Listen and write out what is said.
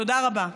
תודה רבה.